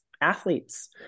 athletes